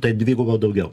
tai dviguba daugiau